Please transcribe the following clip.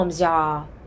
y'all